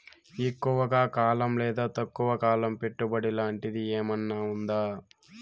ఎక్కువగా కాలం లేదా తక్కువ కాలం పెట్టుబడి లాంటిది ఏమన్నా ఉందా